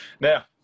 Now